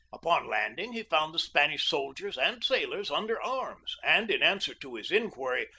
upon landing he found the spanish soldiers and sailors under arms, and in answer to his inquiry,